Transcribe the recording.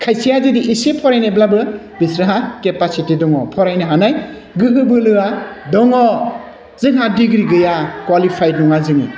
खायसेया जुदि एसे फरायनायब्लाबो बिसोरहा केपासिटि दङ फरायनो हानाय गोहो बोलोआ दङ जोंहा डिग्रि गैया क्वालिफाइड नङा जोङो